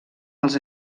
els